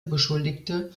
beschuldigte